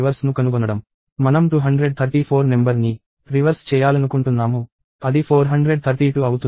మనం 234 నెంబర్ ని రివర్స్ చేయాలనుకుంటున్నాము అది 432 అవుతుంది